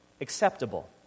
acceptable